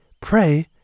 pray